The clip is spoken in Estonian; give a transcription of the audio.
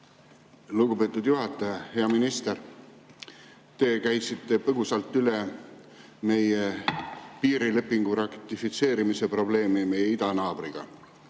Lugupeetud juhataja! Hea minister! Te käisite põgusalt üle piirilepingu ratifitseerimise probleemi meie idanaabriga.